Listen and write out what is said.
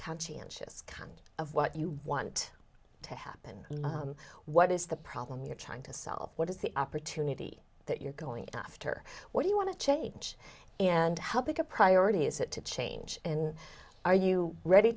conscientious kind of what you want to happen and what is the problem you're trying to solve what is the opportunity that you're going after what do you want to change and help pick a priority is it to change and are you ready